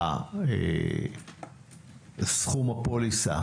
סכום הפוליסה,